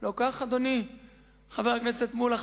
לא כך, אדוני חבר הכנסת מולה?